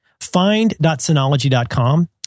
find.synology.com